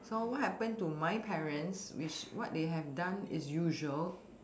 so what happen to my parents which what they have done is usual